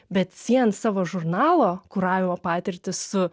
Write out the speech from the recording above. bet siejant savo žurnalo kuravimo patirtį su